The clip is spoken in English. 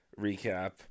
recap